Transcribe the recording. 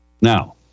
Now